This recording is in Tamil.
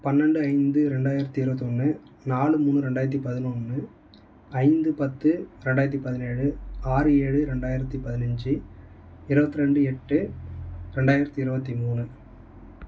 பன்னெண்டு ஐந்து ரெண்டாயிரத்தி இருபத்தி மூணு நாலு மூணு ரெண்டாயிரத்தி பதினொன்று ஐந்து பத்து ரெண்டாயிரத்தி பதினேழு ஆறு ஏழு ரெண்டாயிரத்தி பதினைஞ்சி இருபத்தி ரெண்டு எட்டு ரெண்டாயிரத்தி இருபத்தி மூணு